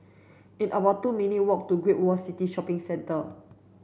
it's about two minutes' walk to Great World City Shopping Centre